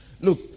look